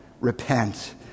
Repent